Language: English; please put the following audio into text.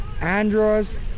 Andros